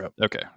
okay